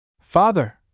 Father